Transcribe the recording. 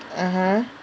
(uh huh)